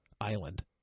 island